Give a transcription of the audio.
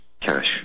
cash